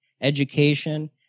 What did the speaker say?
education